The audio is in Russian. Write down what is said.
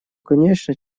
конечно